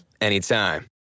anytime